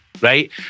Right